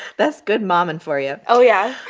that's good momming for you. oh, yeah.